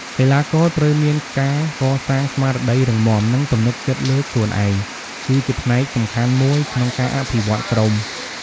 កីទ្បាករត្រូវមានការកសាងស្មារតីរឹងមាំ និងទំនុកចិត្តលើខ្លួនឯងគឺជាផ្នែកសំខាន់មួយក្នុងការអភិវឌ្ឍន៍ក្រុម។